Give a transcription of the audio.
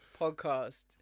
podcast